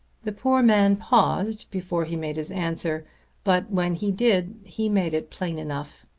the poor man paused before he made his answer but when he did, he made it plain enough.